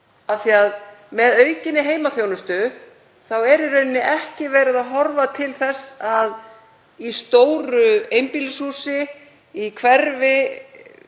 Með aukinni heimaþjónustu er í rauninni ekki verið að horfa til þess að í stóru einbýlishúsi í hverfi